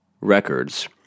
records